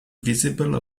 visible